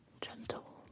gentle